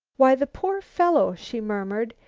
why, the poor fellow, she murmured.